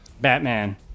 Batman